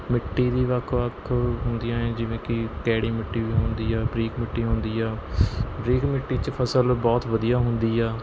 ਮਿੱਟੀ ਵੀ ਵੱਖ ਵੱਖ ਹੁੰਦੀਆਂ ਹੈ ਜਿਵੇਂ ਕਿ ਕੈੜੀ ਮਿੱਟੀ ਵੀ ਹੁੰਦੀ ਆ ਬਰੀਕ ਮਿੱਟੀ ਹੁੰਦੀ ਆ ਬਰੀਕ ਮਿੱਟੀ 'ਚ ਫਸਲ ਬਹੁਤ ਵਧੀਆ ਹੁੰਦੀ ਆ